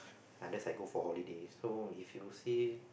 unless I go for holiday so if you say